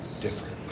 different